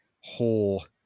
whole